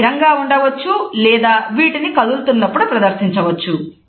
ఇవి స్థిరంగా ఉండవచ్చు లేదా వీటిని కదులుతున్నప్పుడు ప్రదర్శించవచ్చు